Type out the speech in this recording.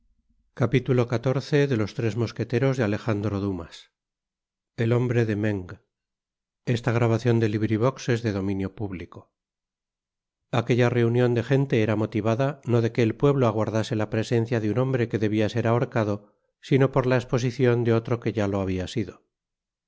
aquella reunion de gente era motivada no de que el pueblo aguardase la presencia de un hombre que debia ser ahorcado sino por la esposicion de otro que ya lo habia sido